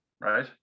right